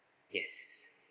yes